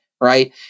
right